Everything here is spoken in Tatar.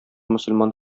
мөселман